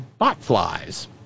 botflies